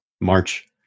March